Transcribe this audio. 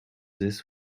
this